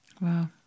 Wow